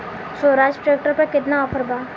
Swaraj tractor पर केतना offer बा?